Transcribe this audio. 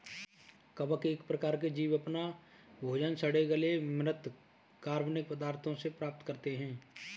कवक एक प्रकार के जीव अपना भोजन सड़े गले म्रृत कार्बनिक पदार्थों से प्राप्त करते हैं